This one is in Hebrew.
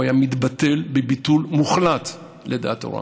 הוא היה מתבטל בביטול מוחלט לדעת תורה.